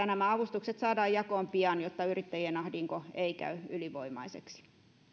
nämä avustukset saadaan jakoon pian jotta yrittäjien ahdinko ei käy ylivoimaiseksi